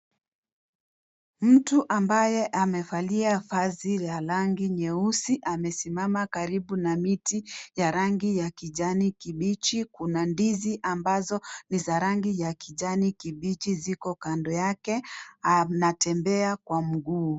Mtu ambaye amevalia vazi ya rangi nyeusi amesimama karibu na miti ya rangi ya kijani kibichi. Kuna ndizi ambazo ni za rangi ya kijani kibichi ziko kando yake. Anatembea kwa mguu.